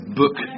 book